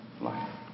life